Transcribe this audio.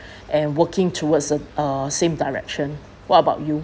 and working towards the uh same direction what about you